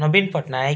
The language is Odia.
ନବୀନ ପଟ୍ଟନାୟକ